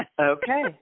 Okay